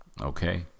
Okay